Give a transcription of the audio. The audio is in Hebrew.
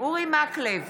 אורי מקלב,